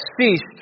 ceased